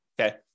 okay